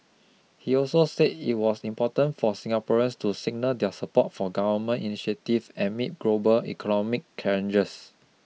he also said it was important for Singaporeans to signal their support for government initiatives amid global economic challenges